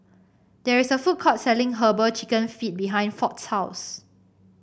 there is a food court selling herbal chicken feet behind Ford's house